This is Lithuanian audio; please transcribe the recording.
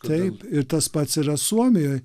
taip ir tas pats yra suomijoj